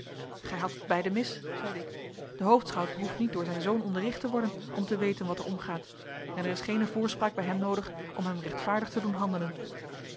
gij hadt het beiden mis zeide ik de hoofdschout behoeft niet door zijn zoon onderricht te worden om te weten wat er omgaat en er is geene voorspraak bij hem noodig om hem rechtvaardig te doen handelen